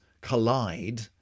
collide